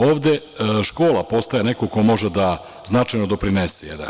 Ovde škola postaje neko ko može da značajno doprinese.